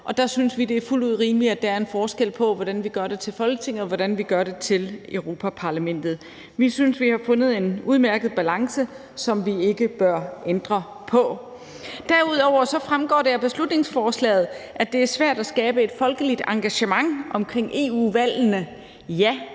om. Der synes vi, det er fuldt ud rimeligt, at der er en forskel på, hvordan vi gør det til Folketinget, og hvordan vi gør det Europa-Parlamentet. Vi synes, der er fundet en udmærket balance, som vi ikke bør ændre på. Derudover fremgår det af beslutningsforslaget, at det er svært at skabe et folkeligt engagement omkring EU-valgene. Ja, det har